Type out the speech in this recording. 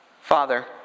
Father